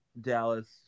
Dallas